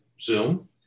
Zoom